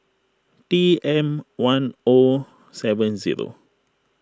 T M one O seven zero